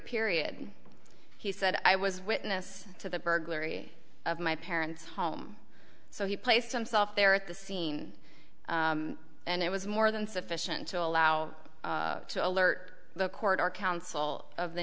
period he said i was witness to the burglary of my parents home so he placed himself there at the scene and it was more than sufficient to allow to alert the court or counsel of the